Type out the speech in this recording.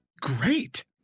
great